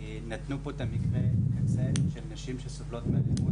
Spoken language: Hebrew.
נתנו פה את מקרי הקצה של נשים שסובלות מאלימות,